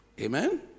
Amen